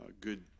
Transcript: good